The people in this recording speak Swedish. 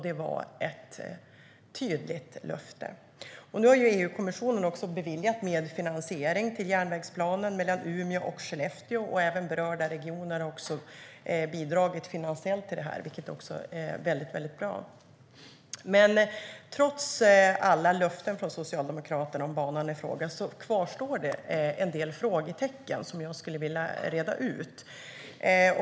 Det var ett tydligt löfte. Men trots alla löften från Socialdemokraterna om banan i fråga kvarstår en del frågetecken som jag skulle vilja reda ut.